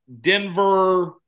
Denver